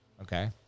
Okay